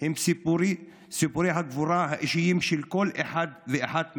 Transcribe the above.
הם סיפורי הגבורה האישיים של כל אחד ואחת מכם.